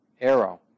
arrow